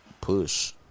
push